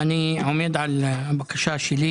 אני עומד על הבקשה שלי